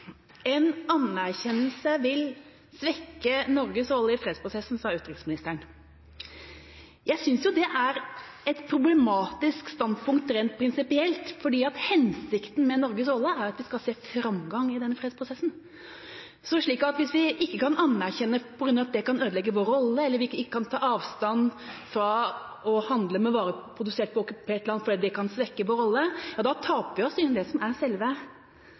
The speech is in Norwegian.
et problematisk standpunkt rent prinsipielt fordi hensikten med Norges rolle er at vi skal se framgang i denne fredsprosessen. Så hvis vi ikke kan anerkjenne på grunn av at det kan ødelegge vår rolle, eller at vi ikke kan ta avstand fra å handle med varer produsert på okkupert land fordi det kan svekke vår rolle, ja da taper vi av syne det som er selve